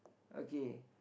okay